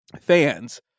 fans